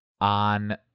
on